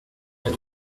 elle